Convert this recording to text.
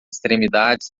extremidades